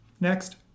Next